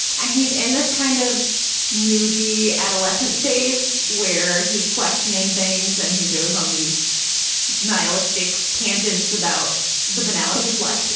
and he's in this kind of moody adolescent phase where he's questioning things and he goes on these nihilistic tangents about the banality of life,